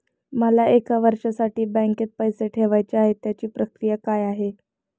मला एक वर्षासाठी बँकेत पैसे ठेवायचे आहेत त्याची प्रक्रिया काय?